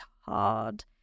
hard